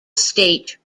state